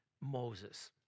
Moses